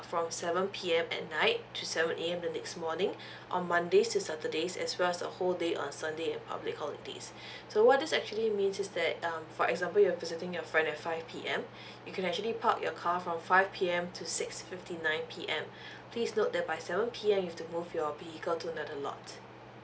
from seven P_M at night to seven A_M in the next morning on monday to saturday as well as the whole day on sunday and public holidays so what this actually means is that um for example you're visiting your friend at five P_M you can actually park your car from five P_M to six fifty nine P_M please note that by seven P_M you have to move your vehicle to another lot